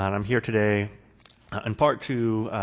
i'm here today in part to